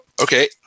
Okay